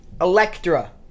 Electra